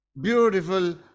beautiful